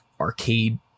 arcade